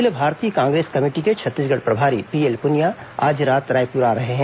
अखिल भारतीय कांग्रेस कमेटी के छत्तीसगढ़ प्रभारी पीएल पुनिया आज रात रायपुर आ रहे है